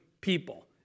people